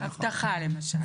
אבטחה למשל.